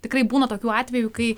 tikrai būna tokių atvejų kai